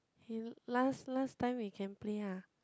last last time we can play ah